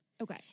Okay